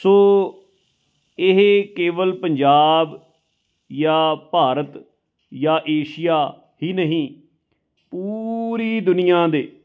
ਸੋ ਇਹ ਕੇਵਲ ਪੰਜਾਬ ਜਾਂ ਭਾਰਤ ਜਾਂ ਏਸ਼ੀਆ ਹੀ ਨਹੀਂ ਪੂਰੀ ਦੁਨੀਆਂ ਦੇ